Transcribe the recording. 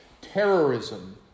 terrorism